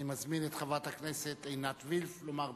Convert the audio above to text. אני מזמין את חברת הכנסת עינת וילף לומר דברים,